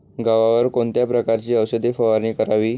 गव्हावर कोणत्या प्रकारची औषध फवारणी करावी?